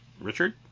Richard